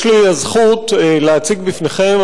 יש לי הזכות להציג בפניכם,